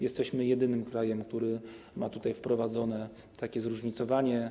Jesteśmy jedynym krajem, który ma wprowadzone takie zróżnicowanie.